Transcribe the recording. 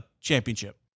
championship